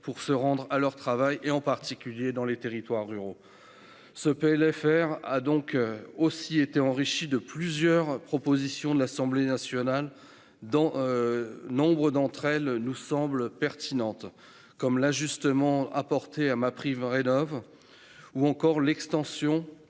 pour se rendre à leur travail, en particulier dans les territoires ruraux. Ce PLFR a aussi été enrichi de plusieurs propositions de l'Assemblée nationale. Nombre d'entre elles nous semblent pertinentes, comme les ajustements apportés au dispositif MaPrimeRénov', ou encore l'extension